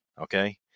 Okay